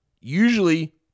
usually